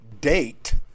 date